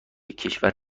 کشور